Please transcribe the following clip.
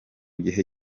gihe